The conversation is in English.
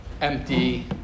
empty